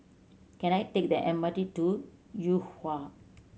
can I take the M R T to Yuhua